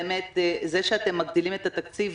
באמת זה שאתם מגדילים את התקציב,